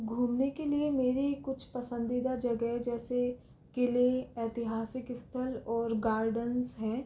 घूमने के लिए मेरे कुछ पसंदीदा जगह जैसे किले ऐतिहासिक स्थल और गार्डंस हैं